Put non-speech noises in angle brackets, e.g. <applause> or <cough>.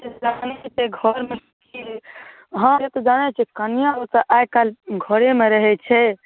<unintelligible> घर मे <unintelligible> हँ ओ तऽ जानैत छियै कनिया आओर तऽ आइकाल्हि घरेमे रहैत छै